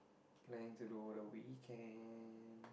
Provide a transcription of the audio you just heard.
planning to do over the weekend